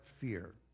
fear